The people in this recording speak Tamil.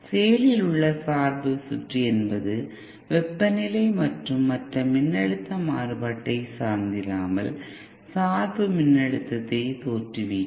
செயலில் உள்ள சார்பு சுற்று என்பது வெப்பநிலை மற்றும் மற்ற மின்னழுத்த மாறுபாட்டை சார்ந்திராமல் சார்பு மின்னழுத்தத்தை தோற்றுவிக்கும்